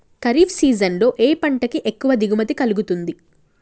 Kharif season లో ఏ పంట కి ఎక్కువ దిగుమతి కలుగుతుంది?